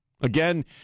Again